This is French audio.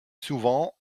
souvent